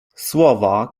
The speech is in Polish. słowa